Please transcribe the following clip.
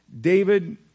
David